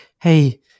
hey